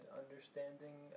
understanding